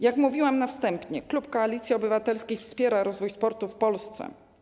Jak mówiłam na wstępie, klub Koalicji Obywatelskiej wspiera rozwój sportów w Polsce.